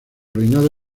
reinado